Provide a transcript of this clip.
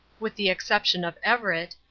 with the exception of everett,